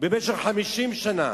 במשך 50 שנה